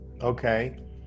okay